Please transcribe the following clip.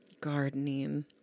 Gardening